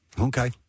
Okay